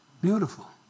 Beautiful